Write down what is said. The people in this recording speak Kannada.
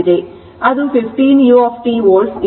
ಅದು 15 u ವೋಲ್ಟ್ ಇದೆ